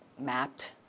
mapped